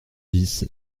dix